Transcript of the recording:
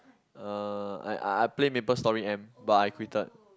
uh I I I play Maplestory M but I quitted